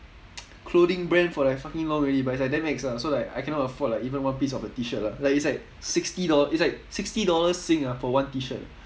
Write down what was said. clothing brand for like fucking long already but it's like damn ex ah so like I cannot afford like even one piece of the T-shirt lah like it's like sixty dollar it's like sixty dollars sing ah for one T-shirt